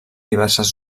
diverses